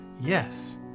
Yes